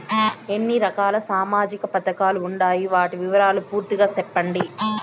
ఎన్ని రకాల సామాజిక పథకాలు ఉండాయి? వాటి వివరాలు పూర్తిగా సెప్పండి?